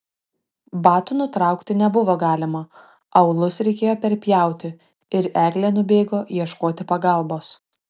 batų nutraukti nebuvo galima aulus reikėjo perpjauti ir eglė nubėgo ieškoti pagalbos